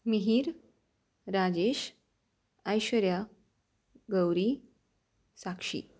Mihir Rajesh Aishwarya Gauri Sakshi